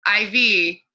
IV